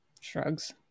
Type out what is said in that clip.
Shrugs